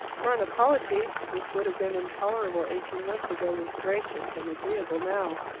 for an apology, which would have been intolerable eighteen months ago, was gracious and agreeable now.